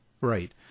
Right